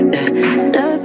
Love